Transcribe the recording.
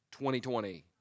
2020